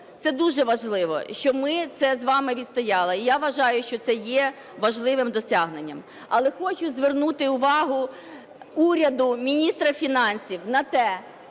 це дуже важливо, що ми це з вами відстояли. І я вважаю, що це є важливим досягненням. Але хочу звернути увагу уряду, міністра фінансів на те,